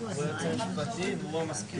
אין לי כישורים למלא את מקומך.